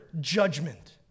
judgment